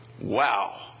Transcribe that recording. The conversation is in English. Wow